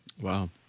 Wow